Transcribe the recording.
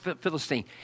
Philistine